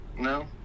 No